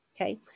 okay